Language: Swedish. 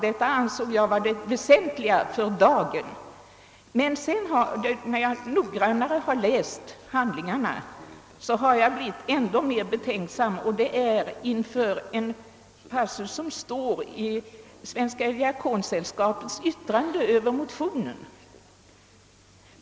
Detta ansåg jag vara det väsentliga för dagen. När jag har läst handlingarna noggrannare har jag blivit mera betänksam, särskilt inför en passus i Svenska diakonsällskapets yttrande över motionen.